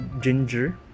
ginger